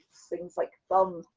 things like bum,